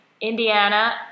Indiana